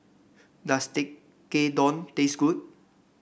does Tekkadon taste good